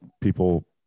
people